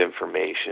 information